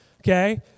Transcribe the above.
Okay